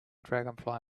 dragonfly